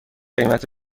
قیمت